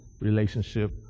Relationship